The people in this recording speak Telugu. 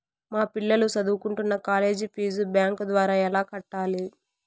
మా పిల్లలు సదువుకుంటున్న కాలేజీ ఫీజు బ్యాంకు ద్వారా ఎలా కట్టాలి?